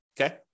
okay